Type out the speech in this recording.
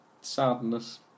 sadness